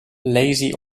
lazy